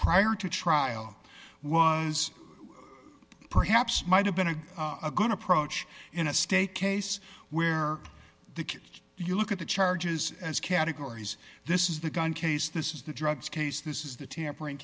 prior to trial was perhaps might have been a good approach in a state case where they could you look at the charges as categories this is the gun case this is the drugs case this is the tampering